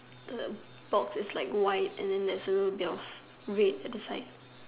the box is like white and than there is a little of red at the side